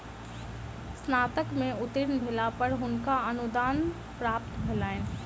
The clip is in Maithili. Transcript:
स्नातक में उत्तीर्ण भेला पर हुनका अनुदान प्राप्त भेलैन